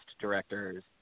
directors